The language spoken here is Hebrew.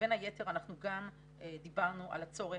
בין היתר אנחנו גם דיברנו על הצורך